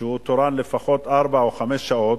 שהוא תורן לפחות ארבע או חמש שעות.